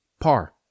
Par